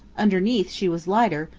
underneath she was lighter,